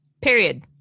Period